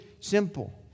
simple